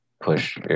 push